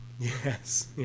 Yes